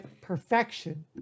perfection